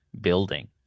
building